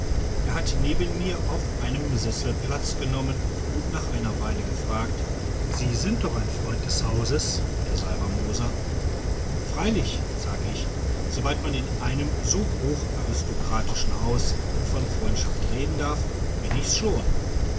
er hat neben mir auf einem sessel platz genommen und nach einer weile gefragt sie sind doch ein freund des hauses herr salvermoser freilich sag ich soweit man in einem so hocharistokratischen haus von freundschaft reden darf bin ich's schon